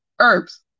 herbs